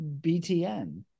BTN